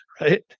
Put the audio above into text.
Right